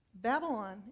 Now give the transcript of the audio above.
Babylon